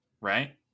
right